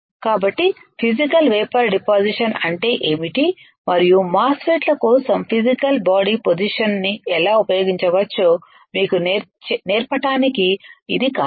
కాబట్టి physical vapour deposition అంటే ఏమిటి మరియు మాస్ ఫెట్ ల కోసం ఫిసికల్ బాడీ పోసిషన్ ని ఎలా ఉపయోగించవచ్చో మీకు నేర్పడానికి ఇది కారణం